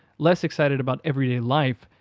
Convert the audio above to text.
less excited about everyday life,